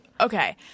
okay